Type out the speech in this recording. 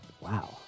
Wow